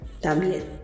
también